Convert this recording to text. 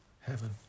heaven